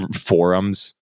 forums